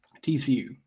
TCU